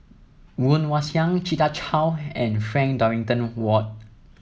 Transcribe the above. Woon Wah Siang Rita Chao and Frank Dorrington Ward